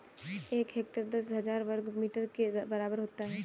एक हेक्टेयर दस हजार वर्ग मीटर के बराबर होता है